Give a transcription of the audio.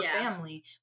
family